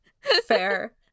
fair